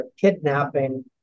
kidnapping